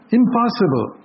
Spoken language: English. impossible